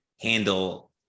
handle